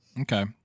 okay